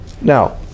now